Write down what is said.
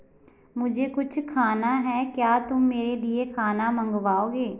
मुझे कुछ खाना है क्या तुम मेरे लिए खाना मँगवाओगे